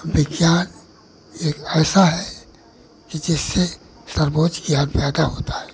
विज्ञान एक ऐसा है कि जिससे सर्वोच्च ज्ञान होता है